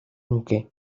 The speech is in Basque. nuke